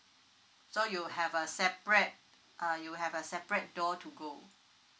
so you have a separate uh you have a separate door to go